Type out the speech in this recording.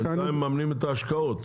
בינתיים מממנים את ההשקעות?